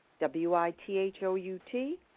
W-I-T-H-O-U-T